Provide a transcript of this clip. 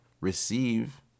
receive